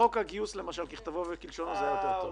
בחוק הגיוס למשל ככתבו וכלשונו זה היה יותר טוב.